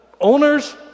owners